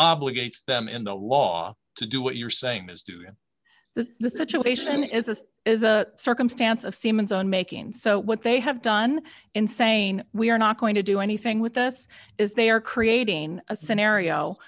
obligates them in the law to do what you're saying is doing that the situation is this is a circumstance of siemens own making so what they have done in saying we're not going to do anything with us is they are creating a scenario